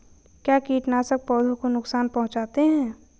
क्या कीटनाशक पौधों को नुकसान पहुँचाते हैं?